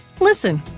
Listen